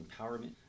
empowerment